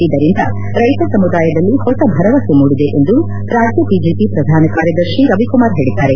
ಇದರಿಂದ ರೈತ ಸಮುದಾಯದಲ್ಲಿ ಹೊಸ ಭರವಸೆ ಮೂಡಿದೆ ಎಂದು ರಾಜ್ಯ ಬಿಜೆಪಿ ಪ್ರಧಾನ ಕಾರ್ಯದರ್ಶಿ ರವಿಕುಮಾರ್ ಹೇಳಿದ್ದಾರೆ